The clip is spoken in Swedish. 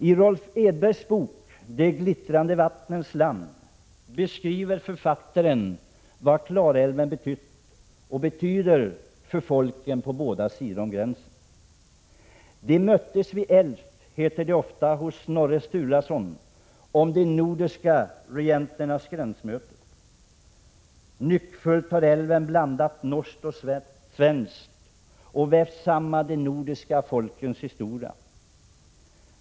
I Rolf Edbergs bok De glittrande vattnens land beskriver författaren vad Klarälven betytt och betyder för folk på båda sidor om gränsen. De möttes vid Elf, heter det ofta hos Snorre Sturlason om de nordiska regenternas gränsmöten. Nyckfullt har älven blandat norskt och svenskt och vävt samman de nordiska folkens historia.